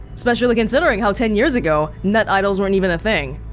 especially considering how ten years ago, net idols weren't even a thing